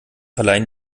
verleihen